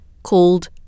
called